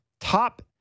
Top